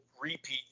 repeat